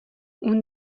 اون